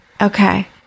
Okay